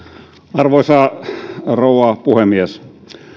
arvoisa rouva puhemies